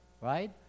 right